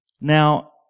Now